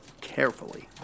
carefully